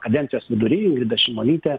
kadencijos vidury ingrida šimonytė